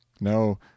No